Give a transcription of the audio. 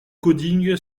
coding